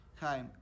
Hi